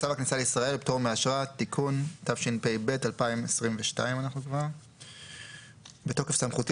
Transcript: צו הכניסה לישראל (פטור מאשרה) (תיקון) התשפ"ב 2022 בתוקף סמכותי